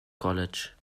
college